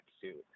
suit